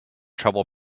trouble